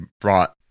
brought